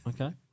Okay